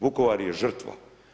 Vukovar je žrtva.